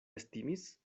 estimis